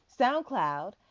SoundCloud